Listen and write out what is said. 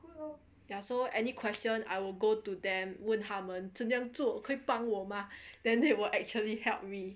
ya so any question I will go to them 问他们怎么样做可以帮我吗 then they will actually help me